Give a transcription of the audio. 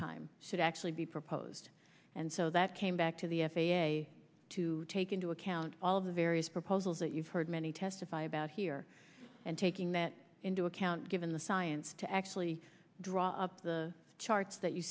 time should actually be proposed and so that came back to the f a a to take into account all of the various proposals that you've heard many testify about here and taking that into account given the science to actually draw up the charts that you